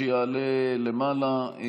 שיעלה למעלה.